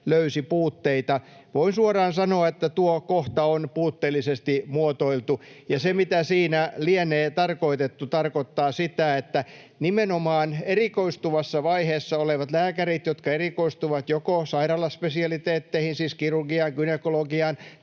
löysi puutteita. Voin suoraan sanoa, että tuo kohta on puutteellisesti muotoiltu, ja se, mitä siinä lienee tarkoitettu, tarkoittaa sitä, että nimenomaan erikoistuvassa vaiheessa olevat lääkärit, jotka erikoistuvat joko sairaalaspesialiteetteihin, siis kirurgiaan, gynekologiaan,